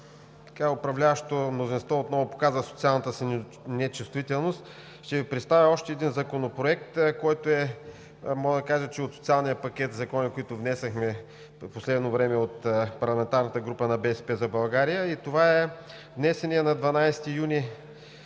и управляващото мнозинство отново показа социалната си нечувствителност, ще Ви представя още един Законопроект, който мога да кажа, че е от социалния пакет закони, които внесохме в последно време от парламентарната група на „БСП за България“. Това е внесеният на 12 юни